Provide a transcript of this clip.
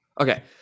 Okay